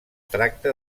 tracta